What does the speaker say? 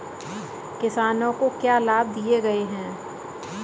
किसानों को क्या लाभ दिए गए हैं?